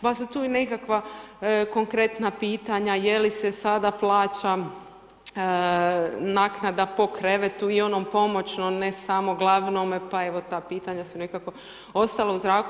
Pa su tu i nekakva konkretna pitanja je li se sada plaća naknada po krevetu i onom pomoćnom ne samo glavnome pa evo ta pitanja su nekako ostala u zraku.